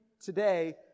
today